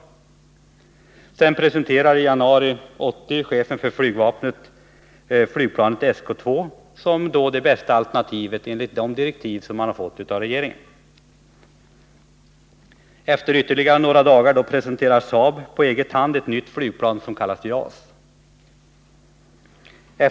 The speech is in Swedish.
Chefen för flygvapnet presenterar i januari 1980 flygplanet SK 2 som det då bästa alternativet, enligt de direktiv som man hade fått från regeringen. 4. Några dagar därefter presenterar SAAB på egen hand ytterligare ett nytt plan, som kallas JAS. 5.